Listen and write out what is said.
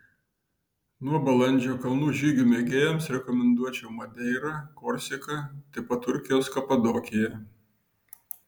nuo balandžio kalnų žygių mėgėjams rekomenduočiau madeirą korsiką taip pat turkijos kapadokiją